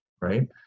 right